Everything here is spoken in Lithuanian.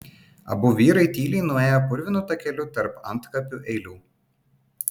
abu vyrai tyliai nuėjo purvinu takeliu tarp antkapių eilių